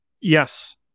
yes